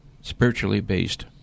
spiritually-based